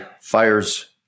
fires